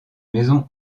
maison